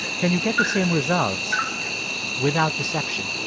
can you get the same results without deception?